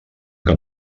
que